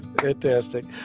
fantastic